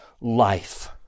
life